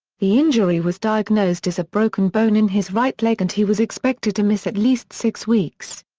the injury was diagnosed as a broken bone in his right leg and he was expected to miss at least six weeks.